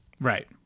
Right